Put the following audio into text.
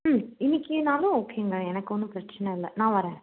ம் இன்னைக்கினாலும் ஓகேங்க எனக்கு ஒன்றும் பிரச்சனை இல்லை நான் வரேன்